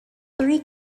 three